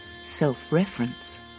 self-reference